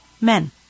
Men